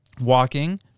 Walking